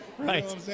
Right